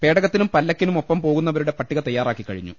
പേടകത്തിനും പല്ലക്കിനും ഒപ്പം പോകുന്നവരുടെ പട്ടിക തയ്യാ റാക്കി കഴിഞ്ഞു